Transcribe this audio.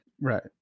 Right